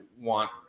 want